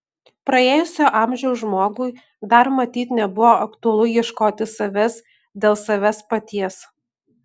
praėjusio amžiaus žmogui dar matyt nebuvo aktualu ieškoti savęs dėl savęs paties